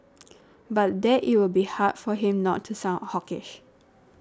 but that it will be hard for him not to sound hawkish